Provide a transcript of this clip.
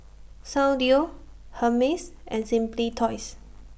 Soundteoh Hermes and Simply Toys